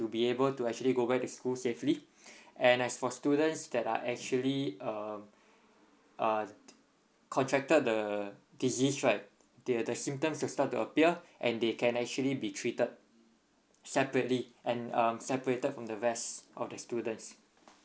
to be able to actually go back to school safely and as for students that are actually uh uh contracted the disease right they the symptoms to start to appear and they can actually be treated separately and um separated from the rest of the students